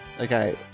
Okay